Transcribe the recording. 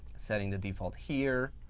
setting the default here,